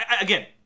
again